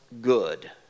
good